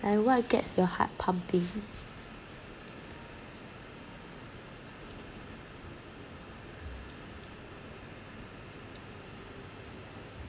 and what gets your heart pumping